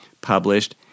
published